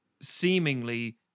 seemingly